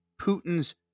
Putin's